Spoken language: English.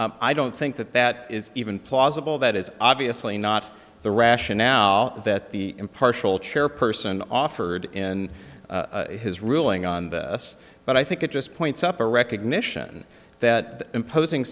d i don't think that that is even plausible that is obviously not the rationale that the impartial chairperson offered in his ruling on this but i think it just points up a recognition that imposing